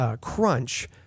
crunch